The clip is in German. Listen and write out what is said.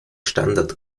standard